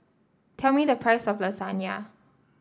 tell me the price of Lasagna